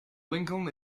lincoln